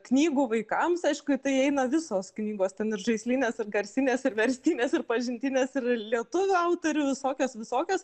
knygų vaikams aišku į tai įeina visos knygos ten ir žaislinės ir garsinės ir verstinės ir pažintinės ir lietuvių autorių visokios visokios